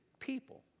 people